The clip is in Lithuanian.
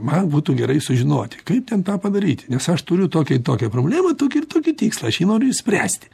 man būtų gerai sužinoti kaip ten tą padaryti nes aš turiu tokią i tokią problemą tokį ir tokį tikslą aš jį noriu išspręsti